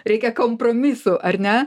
reikia kompromisų ar ne